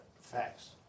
Facts